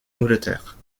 angleterre